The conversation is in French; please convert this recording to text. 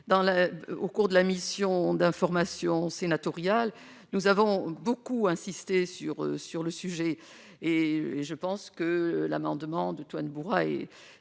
au cours de la mission d'information sénatoriale, nous avons beaucoup insisté sur sur le sujet et je pense que l'amendement de toi ne pourra et